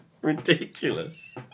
ridiculous